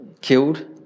killed